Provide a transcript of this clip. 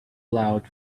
loud